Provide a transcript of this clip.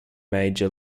major